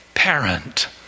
parent